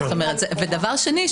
דבר שני,